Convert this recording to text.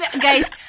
Guys